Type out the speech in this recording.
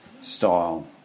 style